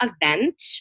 event